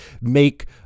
make